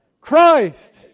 Christ